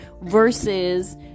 versus